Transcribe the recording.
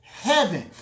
heaven